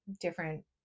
different